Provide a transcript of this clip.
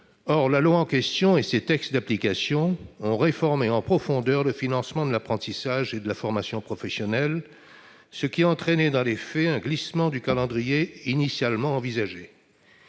Or la loi et ses textes d'application ont réformé en profondeur le financement de l'apprentissage et de la formation professionnelle, ce qui a entraîné dans les faits un glissement du calendrier initialement envisagé.